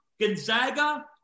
Gonzaga